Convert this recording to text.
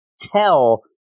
tell